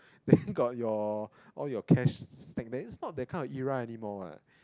then got your all your cash stacked there it's not that kind of era anymore what